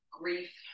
grief